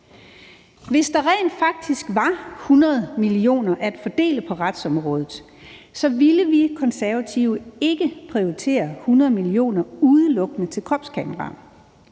Hvis der rent faktisk var 100 mio. kr. at fordele på retsområdet, ville vi Konservative ikke prioritere 100 mio. kr. udelukkende til kropskameraer.